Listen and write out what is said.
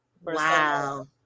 Wow